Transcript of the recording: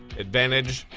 advantage,